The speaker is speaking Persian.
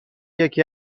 یکی